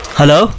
Hello